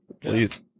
Please